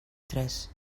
tres